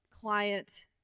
client